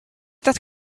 that